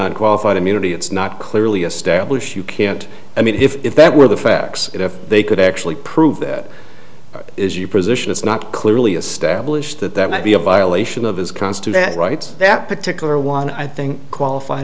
on qualified immunity it's not clearly established you can't i mean if that were the facts if they could actually prove that is your position it's not clearly established that that would be a violation of his const to that right that particular one i think qualified